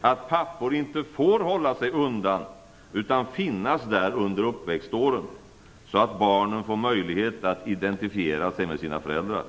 att pappor inte får hålla sig undan utan måste finnas där under uppväxtåren, så att barnen får möjlighet att identifiera sig med sina föräldrar.